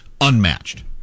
unmatched